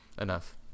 enough